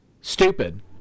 stupid